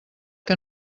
que